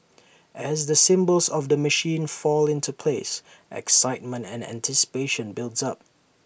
as the symbols of the machine fall into place excitement and anticipation builds up